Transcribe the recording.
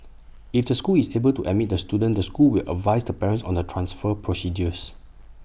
if the school is able to admit the student the school will advise the parent on the transfer procedures